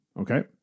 Okay